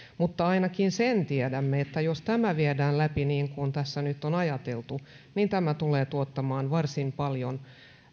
mutta ainakin sen tiedämme että jos tämä viedään läpi niin kuin tässä nyt on ajateltu niin tämä tulee tuottamaan varsin paljon